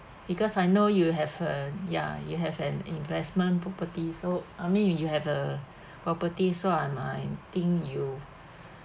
because I know you have uh ya you have an investment property so I mean you you have a property so I might think you